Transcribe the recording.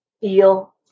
feel